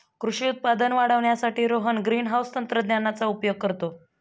कृषी उत्पादन वाढवण्यासाठी रोहन ग्रीनहाउस तंत्रज्ञानाचा उपयोग करतो